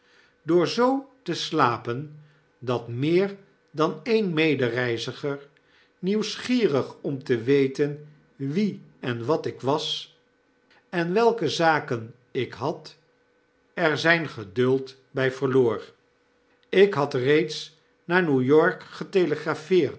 door zoo te slapen dat meer dan een medereiziger nieuwsgierig om te weten wie en wat ik was en welke zaken ik had er zyn geduld by verloor ik had reeds naar ne w-yo r k